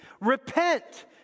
Repent